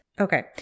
okay